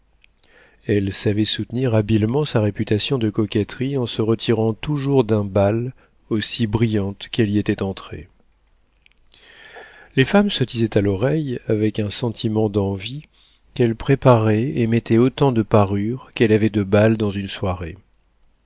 elle savait soutenir habilement sa réputation de coquetterie en se retirant toujours d'un bal aussi brillante qu'elle y était entrée les femmes se disaient à l'oreille avec un sentiment d'envie qu'elle préparait et mettait autant de parures qu'elle avait de bals dans une soirée